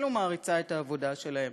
אפילו מעריצה את העבודה שלהם,